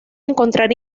encontrar